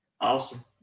Awesome